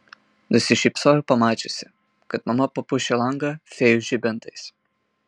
nusišypsojo pamačiusi kad mama papuošė langą fėjų žibintais